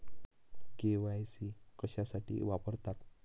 KYC कशासाठी वापरतात?